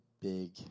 big